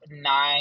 nine